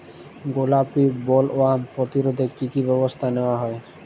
গোলাপী বোলওয়ার্ম প্রতিরোধে কী কী ব্যবস্থা নেওয়া হয়?